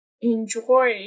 enjoy